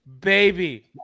Baby